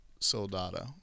Soldado